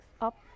up